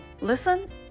listen